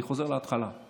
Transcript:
אני חוזר להתחלה.